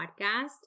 podcast